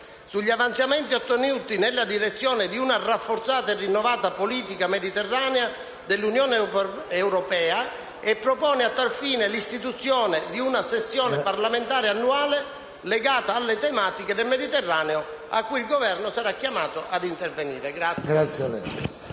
sugli avanzamenti ottenuti nella direzione di una rafforzata e rinnovata politica mediterranea dell'Unione europea e propone, a tal fine, l'istituzione di una sessione parlamentare annuale legata alle tematiche del Mediterraneo, a cui il Governo sarà chiamato ad intervenire.